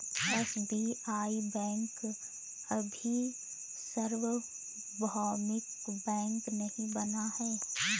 SBI bank अभी सार्वभौमिक bank नहीं बना है